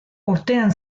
urtean